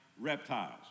reptiles